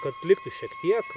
kad liktų šiek tiek